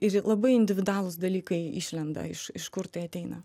ir labai individualūs dalykai išlenda iš iš kur tai ateina